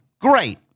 Great